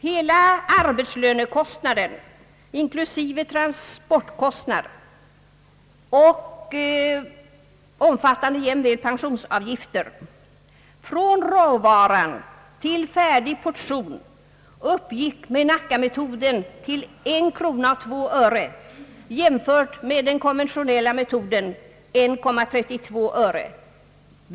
Hela arbetslönekostnaden inklusive transportkostnad — omfattande jämväl pensionsavgifter — från råvara till färdig portion uppgick med Nackametoden till 1 krona 2 öre jämfört med kostnaden med den konventionella metoden 1 krona 32 öre.